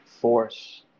force